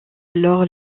alors